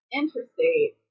Interstate